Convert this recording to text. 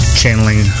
channeling